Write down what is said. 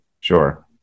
sure